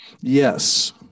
Yes